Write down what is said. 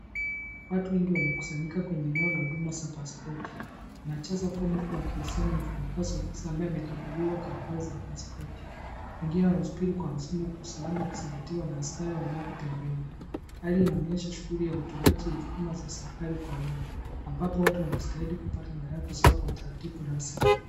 Watu wengi wamekusanyika kwenye eneo la huduma za paspoti. Wanajaza fomu huku wakiwasiliana na mfanyikazi wa ofisi aliyekabidhiwa kamera za paspoti. Wengine wanamsubiri huku usalama ukizingatiwa na askari yuko pembeni. Hali inaonyesha shughuli za utoaji huduma za serikali kwa Uma, ambapo watu wanastahili nyaraka zao kwa utaratibu Rasmi.